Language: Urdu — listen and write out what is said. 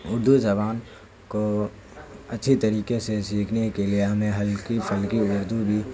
اردو زبان کو اچھی طریقے سے سیکھنے کے لیے ہمیں ہلکی پھلکی اردو بھی